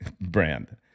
brand